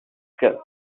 skill